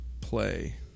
Play